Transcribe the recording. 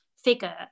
figure